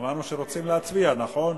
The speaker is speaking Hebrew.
לא לא,